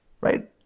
Right